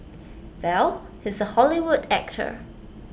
well he's A Hollywood actor